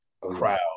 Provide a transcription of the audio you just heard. Crowd